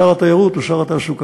שר התיירות הוא שר התעסוקה.